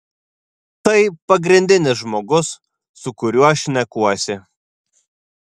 tai pagrindinis žmogus su kuriuo šnekuosi